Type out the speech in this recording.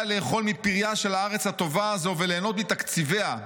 לאכול מפרייה של הארץ הטובה הזו וליהנות מתקציביה,